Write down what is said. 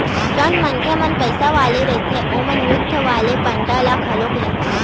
जउन मनखे मन पइसा वाले रहिथे ओमन युद्ध वाले बांड ल घलो लेथे